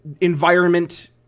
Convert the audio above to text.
environment